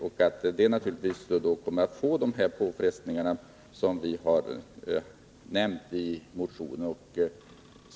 Det kommer naturligtvis att medföra de påfrestningar som vi nämnt i motionen.